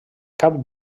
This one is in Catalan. cap